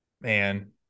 man